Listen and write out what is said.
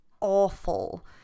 awful